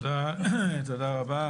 תודה רבה.